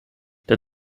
der